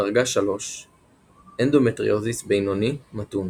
דרגה 3 - אנדומטריוזיס בינוני/מתון